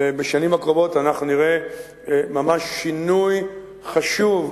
בשנים הקרובות אנחנו נראה ממש שינוי חשוב,